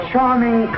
Charming